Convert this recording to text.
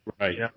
Right